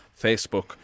Facebook